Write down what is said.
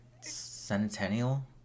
Centennial